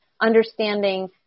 understanding